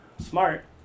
Smart